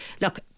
Look